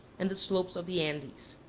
and the slopes of the andes.